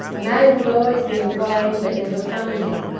man would always be inquiring but never finding,